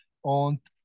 Und